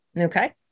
okay